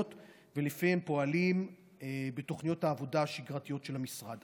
ושלפיהם פועלים בתוכניות העבודה השגרתיות של המשרד.